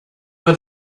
was